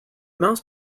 mouse